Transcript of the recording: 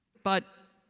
but